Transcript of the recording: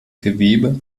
gewebe